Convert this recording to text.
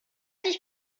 dich